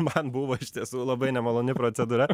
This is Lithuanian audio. man buvo iš tiesų labai nemaloni procedūra